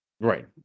Right